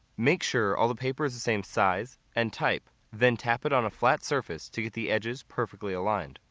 make sure all the paper is the same size and type then tap it on a flat surface to get the edges perfectly aligned.